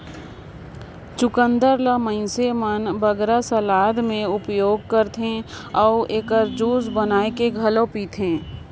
चुकंदर ल मइनसे मन बगरा सलाद में उपयोग करथे अउ एकर जूस बनाए के घलो पीथें